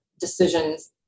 decisions